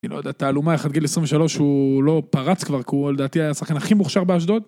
אני לא יודע, תעלומה איך עד גיל 23, הוא לא פרץ כבר, כי הוא, לדעתי, היה השחקן הכי מוכשר באשדוד.